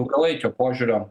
ilgalaikio požiūrio